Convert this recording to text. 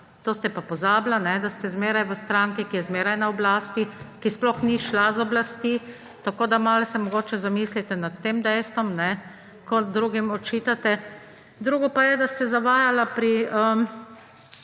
to ste pa pozabili, da ste zmeraj na strani, ki je zmeraj na oblasti, ki sploh ni šla z oblasti. Tako da malo se mogoče zamislite nad tem dejstvom, ko drugim očitate. Drugo pa je, da ste zavajali pri